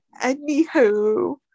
anywho